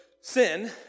sin